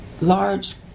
large